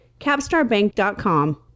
capstarbank.com